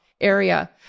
area